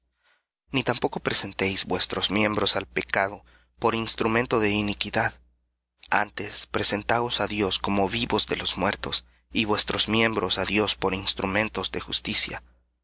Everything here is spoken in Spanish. ni tampoco presentéis vuestros miembros al pecado por instrumentos de iniquidad antes presentaos á dios como vivos de los muertos y vuestros miembros á dios por instrumentos de justicia